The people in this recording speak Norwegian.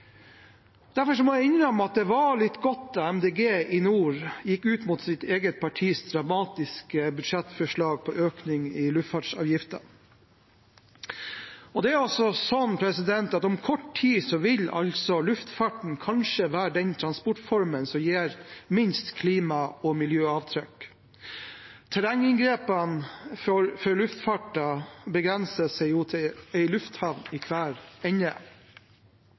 Derfor må jeg innrømme at det var litt godt da Miljøpartiet De Grønne i nord gikk ut mot sitt eget partis dramatiske budsjettforslag om økning i luftfartsavgiften. Om kort tid vil luftfarten kanskje være den transportformen som gir minst klima- og miljøavtrykk. Terrenginngrepene fra luftfarten begrenser seg jo til en lufthavn i hver ende.